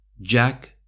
Jack